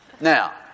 Now